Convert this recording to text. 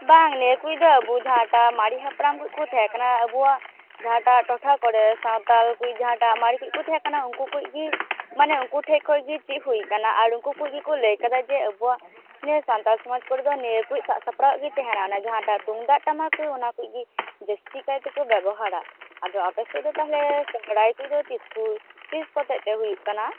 ᱵᱟᱝ ᱱᱮ ᱠᱚᱭᱤᱡ ᱫᱚ ᱟᱵᱚ ᱡᱟᱦᱟᱸ ᱴᱟᱜ ᱢᱟᱨᱮ ᱦᱟᱯᱲᱟᱢᱠᱚᱡ ᱠᱚ ᱛᱟᱦᱮᱸ ᱠᱟᱱᱟ ᱟᱵᱚᱣᱟᱜ ᱡᱟᱦᱟᱸ ᱴᱟᱜ ᱴᱚᱴᱷᱟ ᱠᱚᱨᱮ ᱥᱟᱶᱛᱟ ᱠᱚᱭᱤᱡ ᱡᱟᱦᱟᱸ ᱴᱟᱜ ᱢᱟᱨᱮ ᱠᱚᱠᱚ ᱛᱟᱦᱮᱸ ᱠᱟᱱᱟ ᱩᱱᱠᱩ ᱠᱚᱭᱤᱡ ᱜᱮ ᱢᱟᱱᱮ ᱩᱱᱠᱩ ᱴᱷᱮᱜ ᱠᱷᱚᱡ ᱜᱮ ᱪᱮᱫ ᱦᱩᱭ ᱟᱠᱟᱱᱟ ᱟᱨ ᱩᱱᱠᱩ ᱠᱚᱜᱮ ᱠᱚ ᱞᱟ ᱭ ᱟᱠᱟᱫᱟ ᱡᱮ ᱟᱵᱚᱣᱟᱜ ᱱᱤᱭᱟᱹ ᱥᱟᱱᱛᱟᱲ ᱥᱚᱢᱟᱡᱽ ᱠᱚᱨᱮᱫᱚ ᱱᱤᱭᱟᱹ ᱠᱚ ᱥᱟᱜ ᱥᱟᱯᱲᱟᱣ ᱜᱮ ᱛᱟᱦᱮᱱᱟ ᱚᱱᱟ ᱡᱟᱦᱟᱸ ᱴᱟᱜ ᱛᱩᱢᱫᱟᱜ ᱴᱟᱢᱟᱠ ᱠᱚ ᱚᱱᱟ ᱠᱚ ᱜᱤ ᱡᱟ ᱥᱛᱤᱠᱟᱭᱛᱮ ᱠᱚ ᱵᱮᱵᱚᱦᱟᱨᱟ ᱟᱫᱚ ᱟᱯᱮᱥᱮᱜ ᱫᱚ ᱛᱟᱦᱮᱞᱮ ᱥᱚᱨᱦᱟᱭ ᱠᱚ ᱫᱚ ᱛᱤᱥ ᱠᱚ ᱛᱤᱥ ᱠᱚᱛᱮᱜ ᱛᱮ ᱦᱩᱭᱩᱜ ᱠᱟᱱᱟ